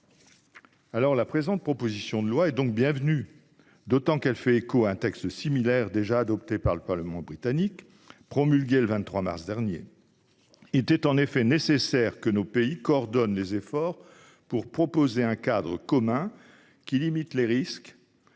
La présente proposition de loi est donc bienvenue, d'autant qu'elle fait écho à un texte similaire déjà adopté par le Parlement britannique et promulgué le 28 mars dernier. Il était en effet nécessaire que nos pays coordonnent leurs efforts pour proposer un cadre commun qui limite les risques